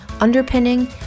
underpinning